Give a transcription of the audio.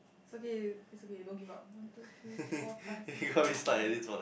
is okay is okay don't give up one two three four five six seven eight nine